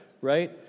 right